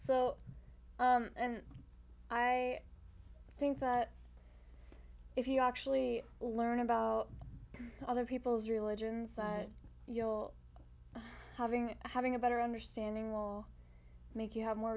so and i think that if you actually learn about other people's religions that you're having having a better understanding will make you have more